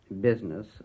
business